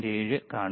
7 കാണുക